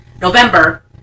November